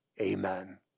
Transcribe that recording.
Amen